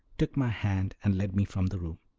took my hand and led me from the room.